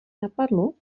napadlo